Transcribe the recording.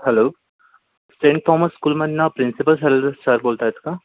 hello saint Thomas स्कूलमधनं principal sir sir बोलत आहेत का